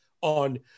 on